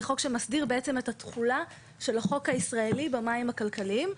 זה חוק שמסדיר בעצם את התחולה של החוק הישראלי במים הכלכליים.